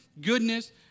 goodness